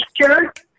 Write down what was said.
shirt